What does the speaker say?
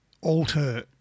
alter